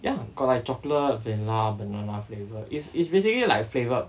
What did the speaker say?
ya got like chocolate vanilla banana flavor is it's basically like flavoured